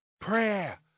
Prayer